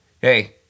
hey